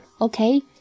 Okay